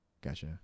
Gotcha